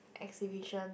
exhibition